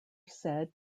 said